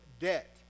debt